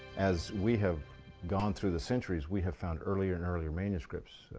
as we have gone through the centuries, we have found earlier and earlier manuscripts.